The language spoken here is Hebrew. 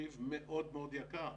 רכיב מאוד מאוד יקר.